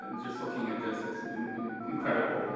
and just looking at this, it's incredible.